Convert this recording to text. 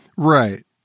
Right